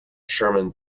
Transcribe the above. sherman